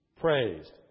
praised